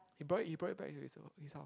he brought it he brought it back to his his house